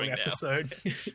episode